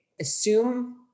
assume